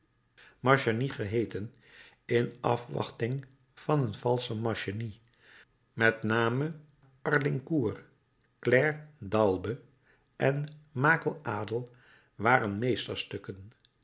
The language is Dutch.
marchangy geheeten in afwachting van een valschen marchangy met name arlincourt claire d'albe en malek adel waren